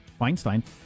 Feinstein